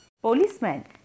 Policeman